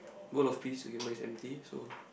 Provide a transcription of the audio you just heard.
world of peace okay mine is empty so